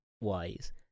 wise